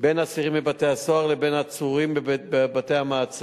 בין אסירים בבית-הסוהר לבין עצורים בבתי-המעצר,